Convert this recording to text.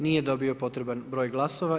Nije dobio potreban broj glasova.